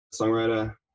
songwriter